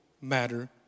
matter